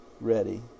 ready